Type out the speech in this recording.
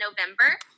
November